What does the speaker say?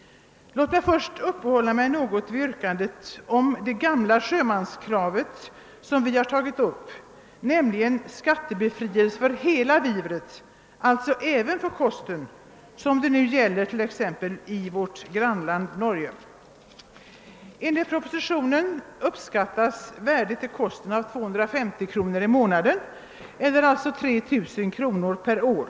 Låt mig först få uppehålla mig något vid yrkandet om det gamla sjömanskrav som vi har tagit upp, nämligen skattebefrielse för hela vivret, alltså även för kosten, ett krav som är genomfört t.ex. i vårt grannland Norge. Enligt propositionen skall värdet av kosten uppskattas till 250 kr. i månaden eller 3 000 kr. per år.